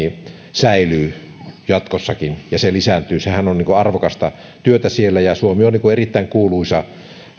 säilyy jatkossakin ja se lisääntyy sehän on arvokasta työtä ja suomi on erittäin kuuluisa